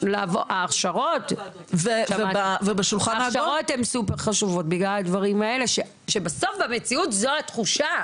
ההכשרות הן סופר חשובות בגלל הדברים האלה שבסוף במציאות זו התחושה.